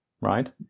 right